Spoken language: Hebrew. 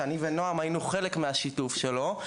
נועם ואני היינו חלק מהשיתוף שלו,